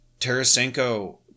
Tarasenko